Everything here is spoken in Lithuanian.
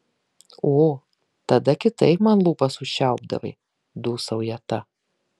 o tada kitaip man lūpas užčiaupdavai dūsauja ta